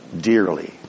dearly